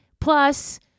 Plus